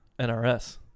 NRS